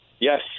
Yes